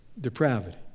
depravity